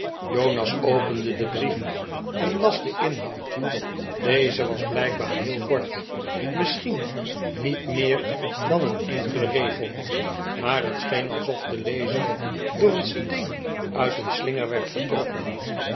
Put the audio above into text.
jonas opende den brief en las den inhoud deze was blijkbaar heel kort misschien niet meer dan een enkele regel maar het scheen alsof de lezer door een steen uit een slinger werd getroffen